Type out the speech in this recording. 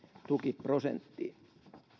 tukiprosenttiin